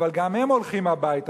אבל גם הם הולכים הביתה,